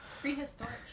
Prehistoric